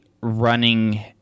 running